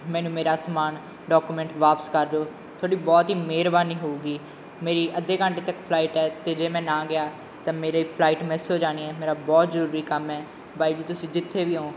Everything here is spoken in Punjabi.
ਮੈਨੂੰ ਮੇਰਾ ਸਮਾਨ ਡਾਕੂਮੈਂਟ ਵਾਪਸ ਕਰ ਦਿਓ ਤੁਹਾਡੀ ਬਹੁਤ ਹੀ ਮਿਹਰਬਾਨੀ ਹੋਵੇਗੀ ਮੇਰੀ ਅੱਧੇ ਘੰਟੇ ਤੱਕ ਫਲਾਈਟ ਆ ਅਤੇ ਜੇ ਮੈਂ ਨਾ ਗਿਆ ਤਾਂ ਮੇਰੇ ਫਲਾਈਟ ਮਿਸ ਹੋ ਜਾਣੀ ਹੈ ਮੇਰਾ ਬਹੁਤ ਜ਼ਰੂਰੀ ਕੰਮ ਹੈ ਬਾਈ ਜੀ ਤੁਸੀਂ ਜਿੱਥੇ ਵੀ ਹੋ